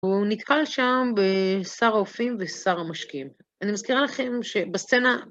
הוא נתקל שם בשר האופים ובשר המשקים. אני מזכירה לכם שבסצנה...